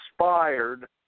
inspired